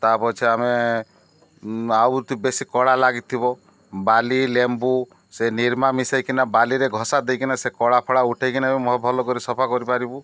ତା' ପଛେ ଆମେ ଆଉ ବେଶୀ କଡ଼ା ଲାଗିଥିବ ବାଲି ଲେମ୍ବୁ ସେ ନିର୍ମା ମିଶାଇକିନା ବାଲିରେ ଘଷା ଦେଇକିନା ସେ କଳା ଫଳା ଉଠାଇକିନା ବି ଭଲ କରି ସଫା କରିପାରିବୁ